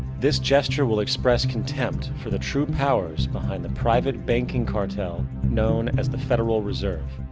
this gesture will express contempt for the true powers behind the private banking cartel known as the federal reserve.